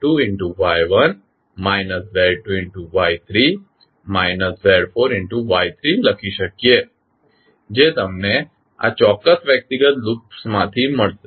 આપણે minus Z2 Y1 minus Z2 Y3 minus Z4 Y3 લખી શાકીએ છીએ જે તમને આ ચોક્કસ વ્યક્તિગત લૂપ્સમાંથી મળશે